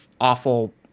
awful